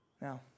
Now